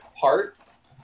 parts